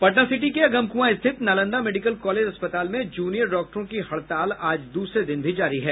Patna city के अगमकुंआ स्थित Nalanda medical college अस्पताल में जूनियर डॉक्टरों की हड़ताल आज दूसरे दिन भी जारी है